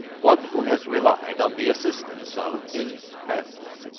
one who has relied on the assistance of his friends.